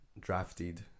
drafted